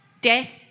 death